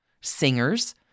Singers